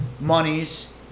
monies